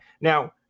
Now